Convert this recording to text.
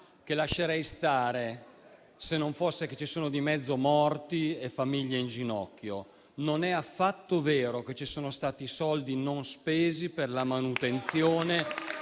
che lascerei stare, se non fosse che ci sono di mezzo morti e famiglie in ginocchio. Non è affatto vero che ci sono stati soldi non spesi per la manutenzione